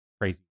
Crazy